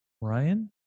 Ryan